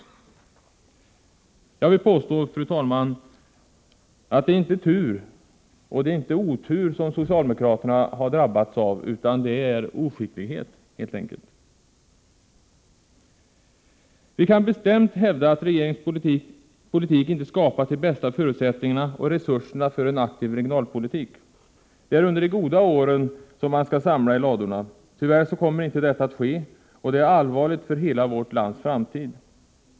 Jag vill påstå att det inte är otur som socialdemokraterna drabbats av, utan det är helt enkelt fråga om oskicklighet. Vi kan bestämt hävda att regeringens politik inte skapat de bästa förutsättningarna och resurserna för en aktiv regionalpolitik. Det är under de goda åren som man skall samla i ladorna. Tyvärr kommer inte detta att ske, och det är allvarligt för hela vårt lands framtid.